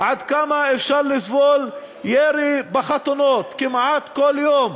עד כמה אפשר לסבול ירי בחתונות כמעט כל יום?